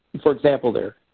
for example, there,